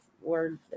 Word